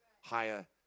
higher